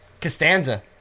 Costanza